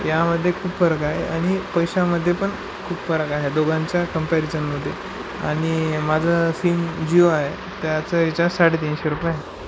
यामध्ये खूप फरक आहे आणि पैशामध्येपण खूप फरक आहे दोघांच्या कम्पॅरिजनमध्ये आणि माझं सिम जिओ आहे त्याचा रिचार्ज साडेतीनशे रुपये